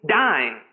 dying